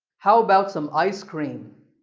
how about some ice cream?